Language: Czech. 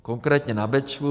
Konkrétně na Bečvu